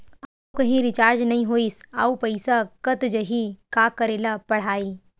आऊ कहीं रिचार्ज नई होइस आऊ पईसा कत जहीं का करेला पढाही?